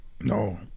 No